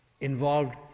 involved